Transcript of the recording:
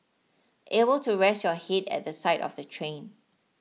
able to rest your head at the side of the train